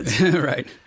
Right